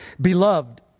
Beloved